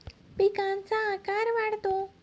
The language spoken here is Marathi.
पिकांचा आकार वाढतो